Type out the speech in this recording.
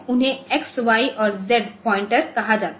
उन्हें X Y और Z pointers कहा जाता है